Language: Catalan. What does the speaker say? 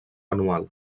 anual